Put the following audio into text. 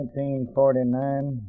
1949